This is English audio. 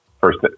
first